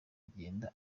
kugenda